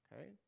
Okay